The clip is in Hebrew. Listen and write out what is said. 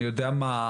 אני יודע מה,